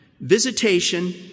Visitation